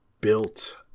built